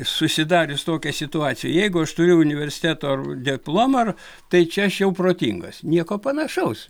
susidarius tokia situacija jeigu aš turiu universiteto ar diplomą ar tai čia aš jau protingas nieko panašaus